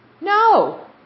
No